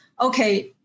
okay